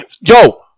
Yo